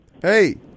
Hey